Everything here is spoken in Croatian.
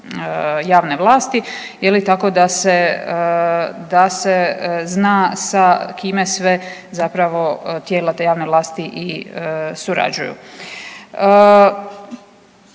javne vlasti je li tako da se, da se zna sa kime sve zapravo tijela te javne vlasti i surađuju.